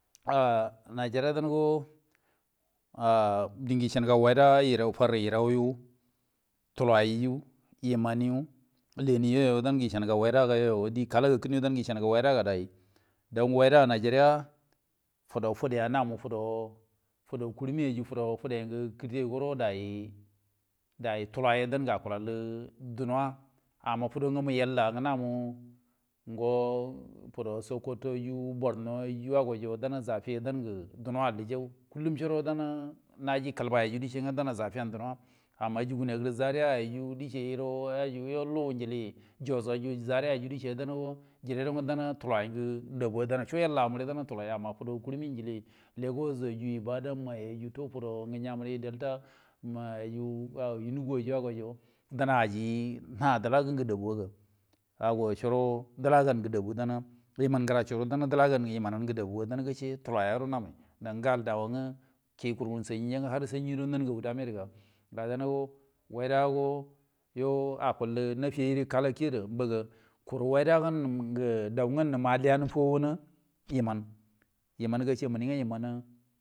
Najeriya die aciniga waida di fairi yurai re tulairi kilbai yu leniyu di lunige waida acula, die kala kakkin yo cini ga waida ga dai nge waida najeriya fudo fide namu fudo kurmiwo fudə fuden ge kirti wo gudo dai dai tula yo dam ge acula duna amma fudo ngamu yalla namu ngo fudo sokoto borno yu dangi zaffyon naji awal jau naji kilbai gede dacige din zafiyen nge duna amma zuguniyo zariya au yu diecio yo njili zariya yu dinwo jeringo a dan tulai yonge naji duna dan wo co yalla mun ama fudo kurmi ibadamma yegu legos yeyu ibabam ma yeyu ton fudonge nge nyemiri neja delta yen ge emugu yei gu dan aji ha dilagon daɓus ago ciro awange dabu cirodin ndilagogi dabu wudanwo ndilan yiman ge dabun gece tulai yomun gudo yamai gal dauwong kurgu samyi sanyi lugu damediga dan go wayga go y acul nefe jin kala kie muri kuru wayda nungeu dau ga nun alliga fow go yiman.